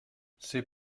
c’est